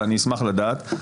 אבל אני אשמח לדעת,